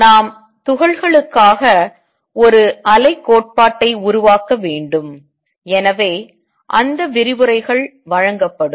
நாம் துகள்களுக்காக ஒரு அலை கோட்பாட்டை உருவாக்க வேண்டும் எனவே அந்த விரிவுரைகள் வழங்கப்படும்